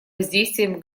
воздействием